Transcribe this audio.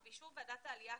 ובאישור ועדת העלייה,